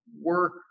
work